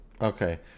Okay